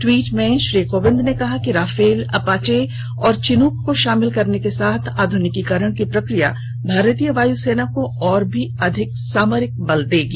tweet में श्री कोविंद ने कहा कि राफेल अपाचे और चिन्क को शामिल करने के साथ आधुनिकीकरण की प्रक्रिया भारतीय वायुसेना को और भी अधिक सामरिक बल देगी